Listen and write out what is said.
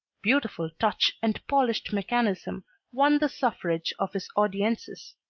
beautiful touch and polished mechanism won the suffrage of his audiences.